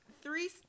three